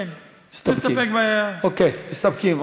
אוקיי, מסתפקים.